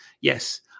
Yes